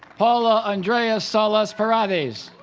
paola andrea salas paredes